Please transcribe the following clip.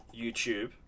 YouTube